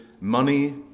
money